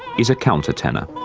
is a countertenor,